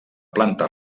planta